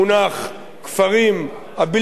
"כפרים בלתי מוכרים",